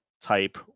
type